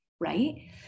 right